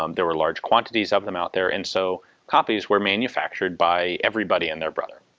um there were large quantities of them out there, and so copies were manufactured by everybody and their brother,